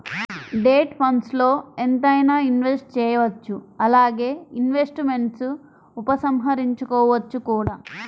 debt ఫండ్స్ల్లో ఎంతైనా invest చేయవచ్చు అలానే ఇన్వెస్ట్మెంట్స్ను ఉపసంహరించుకోవచ్చు కూడా